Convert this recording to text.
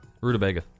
Rutabaga